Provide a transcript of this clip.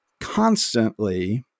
constantly